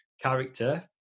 character